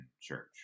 Church